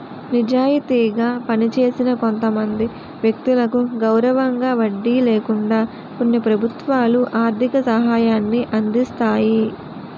నిజాయితీగా పనిచేసిన కొంతమంది వ్యక్తులకు గౌరవంగా వడ్డీ లేకుండా కొన్ని ప్రభుత్వాలు ఆర్థిక సహాయాన్ని అందిస్తాయి